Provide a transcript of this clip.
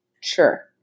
Sure